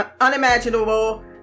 unimaginable